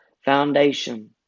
foundation